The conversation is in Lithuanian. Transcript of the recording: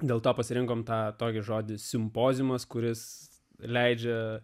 dėl to pasirinkome tą tokį žodį simpoziumas kuris leidžia